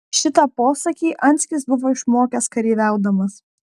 šitą posakį anskis buvo išmokęs kareiviaudamas